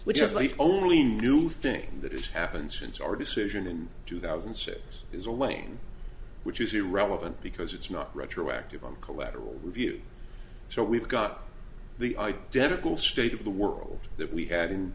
which is like only a new thing that has happened since our decision in two thousand and six is a lame which is irrelevant because it's not retroactive on collateral review so we've got the identical state of the world that we had in